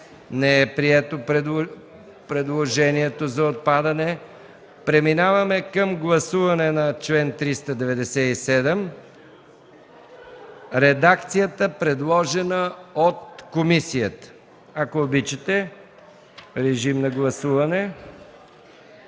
Не е прието предложението за отпадане. Преминаваме към гласуване на чл. 397 в редакцията, предложена от комисията. Режим на гласуване.